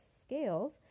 scales